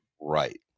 right